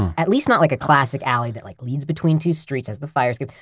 at least, not like a classic alley that like leads between two streets, has the fire escape.